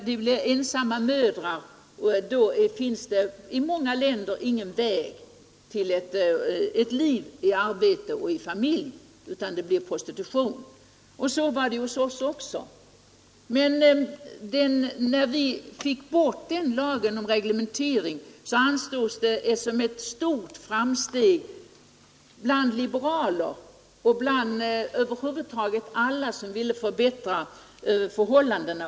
För ensamma mödrar finns i många länder ingen väg till ett liv med arbete och familj — utan det blir prostitution. På det sättet var det tidigare hos oss också, men när vi fick bort lagen om reglementering ansågs det som ett framsteg bland liberaler och över huvud taget bland alla som ville förbättra förhållandena.